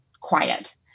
quiet